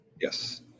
Yes